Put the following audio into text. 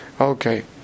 okay